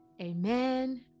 Amen